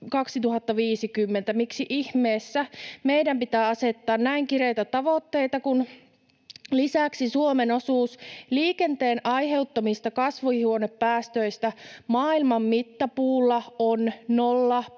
Miksi ihmeessä meidän pitää asettaa näin kireitä tavoitteita, kun lisäksi Suomen osuus liikenteen aiheuttamista kasvihuonepäästöistä maailman mittapuulla on 0,15